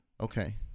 Okay